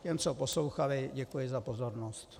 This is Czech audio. Těm, co poslouchali, děkuji za pozornost.